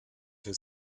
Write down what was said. für